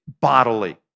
bodily